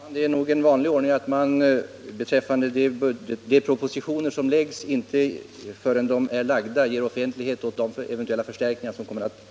Herr talman! Det är nog en vanlig ordning att man innan propositionerna läggs fram inte ger offentlighet åt de eventuella förstärkningar som kommer att föreslås.